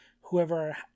whoever